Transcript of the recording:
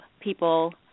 people